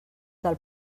del